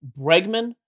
Bregman